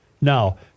Now